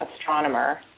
astronomer